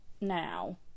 now